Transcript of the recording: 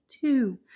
two